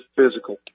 physical